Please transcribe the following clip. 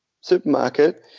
supermarket